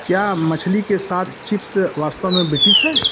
क्या मछली के साथ चिप्स वास्तव में ब्रिटिश है